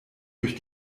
durch